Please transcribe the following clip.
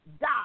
die